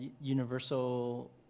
universal